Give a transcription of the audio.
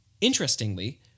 Interestingly